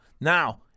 Now